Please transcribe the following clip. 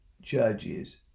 judges